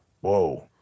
Whoa